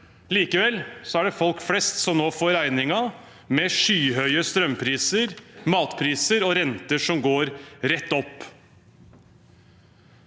Likevel er det folk flest som nå får regningen, med skyhøye strømpriser, matpriser og renter som går rett opp.